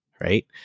right